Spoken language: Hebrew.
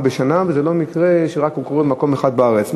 בשנה וזה לא מקרה שקורה רק במקום אחד בארץ,